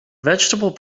vegetable